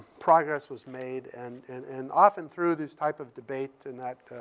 progress was made. and and and often through these type of debates and that,